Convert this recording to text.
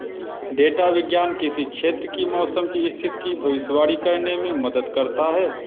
data विज्ञान किसी क्षेत्र की मौसम की स्थिति की भविष्यवाणी करने में मदद करता है